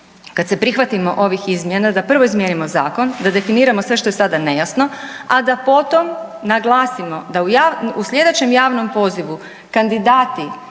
kad se prihvatimo ovih izmjena da prvo izmijenimo zakon, da definiramo sve što je sada nejasno, a da potom naglasimo da u sljedećem javnom pozivu kandidati